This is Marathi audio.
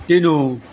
टिनू